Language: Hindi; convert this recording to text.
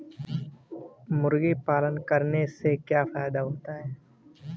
मुर्गी पालन करने से क्या फायदा होता है?